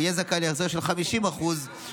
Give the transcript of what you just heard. הוא יהיה זכאי להחזר של 50% מההוצאה,